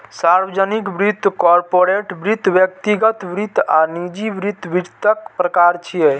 सार्वजनिक वित्त, कॉरपोरेट वित्त, व्यक्तिगत वित्त आ निजी वित्त वित्तक प्रकार छियै